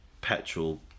petrol